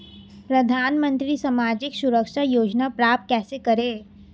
प्रधानमंत्री सामाजिक सुरक्षा योजना प्राप्त कैसे करें?